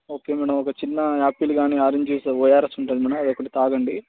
okay madam ఒక చిన్న apple కానీ ఆరెంజ్ జ్యూస్ ఓఆర్ఎస్ ఉంటుంది మ్యాడమ్ అది ఒకటి తాగండి